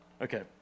Okay